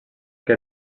que